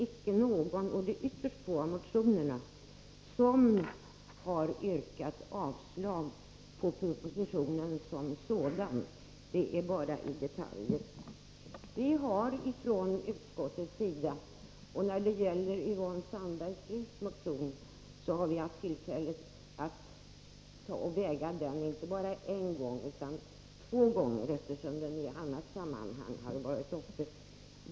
Inte någon talare, och ytterst få av motionärerna, har yrkat avslag på propositionen som sådan, endast när det gäller detaljer. När det gäller Yvonne Sandberg-Fries motion har vi från utskottets sida 119 haft tillfälle att väga den inte bara en gång utan två gånger, eftersom den har varit aktuell i annat sammanhang.